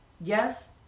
yes